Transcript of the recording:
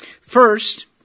First